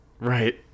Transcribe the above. Right